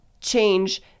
change